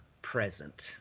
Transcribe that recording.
Present